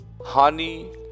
honey